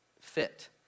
fit